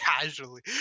casually